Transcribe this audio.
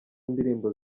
ndirimbo